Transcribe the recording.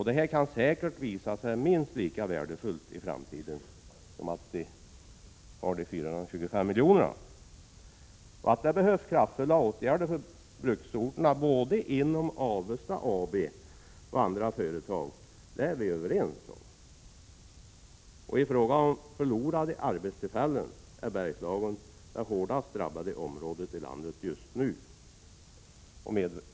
Detta kan säkert visa sig minst lika värdefullt i framtiden som de 425 miljoner som avsatts. Att det behövs kraftfulla åtgärder för bruksorterna inom Avesta AB och andra företag är vi överens om. I fråga om förlorade arbetstillfällen är Bergslagen det i dag hårdast drabbade området i landet.